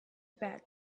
bad